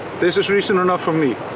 this is reason enough for me.